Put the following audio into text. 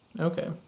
Okay